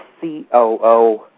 COO